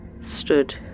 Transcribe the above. stood